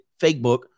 Fakebook